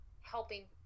helping